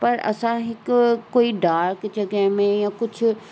पर असां हिकु कोई डार्क जॻह में या कुझु